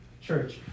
church